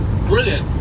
brilliant